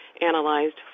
analyzed